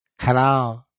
Hello